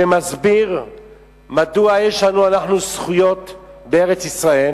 שמסביר מדוע יש לנו, אנחנו, זכויות בארץ-ישראל,